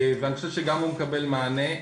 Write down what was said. ואני חושב שגם הוא מקבל מענה.